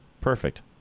perfect